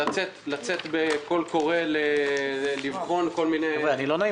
זה גם לצאת בקול קורא לבחון כל מיני דברים.